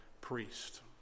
priest